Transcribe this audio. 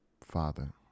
Father